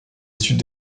études